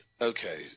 okay